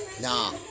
Nah